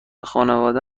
خانواده